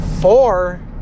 four